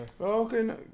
okay